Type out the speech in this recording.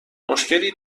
مشکلی